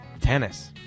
Tennis